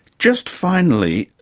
just finally,